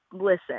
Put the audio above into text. listen